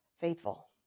faithful